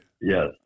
Yes